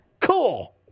Cool